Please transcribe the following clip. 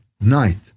night